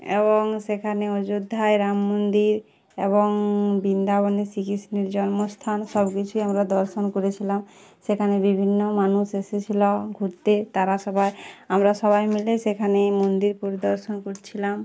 এবং সেখানে অযোধ্যায় রাম মন্দির এবং বিন্দাবনে শ্রীকৃষ্ণের জন্মস্থান সব কিছুই আমরা দর্শন করেছিলাম সেখানে বিভিন্ন মানুষ এসেছিলো ঘুরতে তারা সবাই আমরা সবাই মিলে সেখানে মন্দির পরিদর্শন করছিলাম